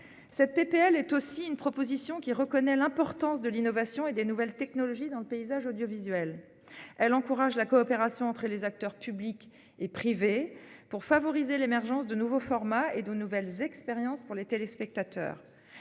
Cette proposition de loi permet également de reconnaître l'importance de l'innovation et des nouvelles technologies dans le paysage audiovisuel. Elle encourage la coopération entre les acteurs publics et privés, pour favoriser l'émergence de nouveaux formats et de nouvelles expériences pour les téléspectateurs.